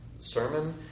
sermon